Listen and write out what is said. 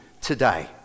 today